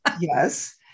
Yes